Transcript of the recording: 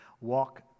walk